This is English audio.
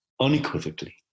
unequivocally